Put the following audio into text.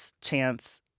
chance